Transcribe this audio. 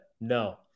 No